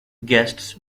guests